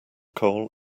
coal